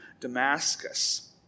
Damascus